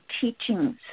teachings